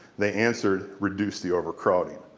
they answered reduce the overcrowding.